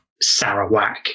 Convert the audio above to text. sarawak